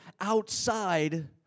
outside